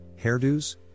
hairdos